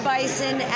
Bison